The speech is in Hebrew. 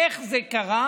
איך זה קרה?